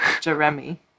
Jeremy